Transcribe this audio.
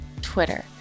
Twitter